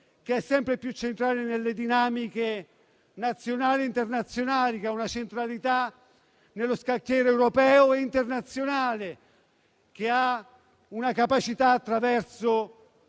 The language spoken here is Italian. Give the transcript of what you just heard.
che è sempre più centrale nelle dinamiche nazionali e internazionali, ha una centralità nello scacchiere europeo e internazionale e ha la capacità, attraverso